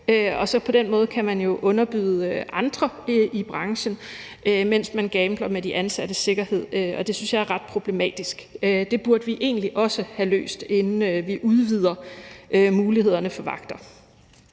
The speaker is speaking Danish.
på den måde kan man så underbyde andre i branchen, mens man gambler med de ansattes sikkerhed, og det synes jeg er ret problematisk. Det burde vi egentlig også have løst, inden vi udvider mulighederne for vagter.